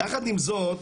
יחד עם זאת,